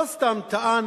לא סתם טען